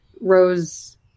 rose